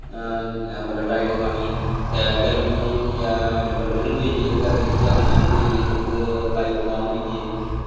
मतलब डाईट खानी ते गर्मियें च जेह्ड़ी ऐ मतलब ठंडू च गर्म चीजां खानियां अंडे होई गे दुद्ध काज़ू बदाम होई गे